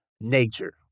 nature